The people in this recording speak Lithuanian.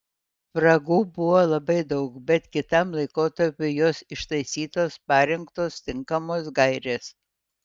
spragų buvo labai daug bet kitam laikotarpiui jos ištaisytos parengtos tinkamos gairės